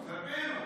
כלפינו.